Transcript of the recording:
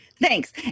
Thanks